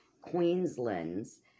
Queensland's